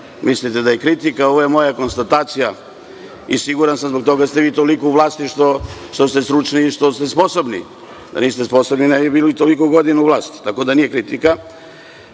mislite da je kritika, ovo je moja konstatacija. Siguran sam, zbog toga ste vi toliko u vlasti što ste stručni i što ste sposobni. Da niste sposobni, ne bi bili toliko godina u vlasti, tako da nije